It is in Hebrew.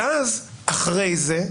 ואז אחרי זה,